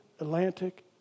Atlantic